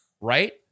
right